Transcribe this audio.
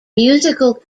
musical